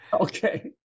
Okay